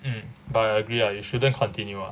mm but I agree ah you shouldn't continue ah